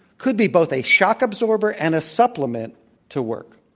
could be both a shock absorber and a supplement to work.